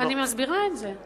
אני מסבירה את זה.